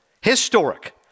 Historic